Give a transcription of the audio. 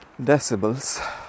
decibels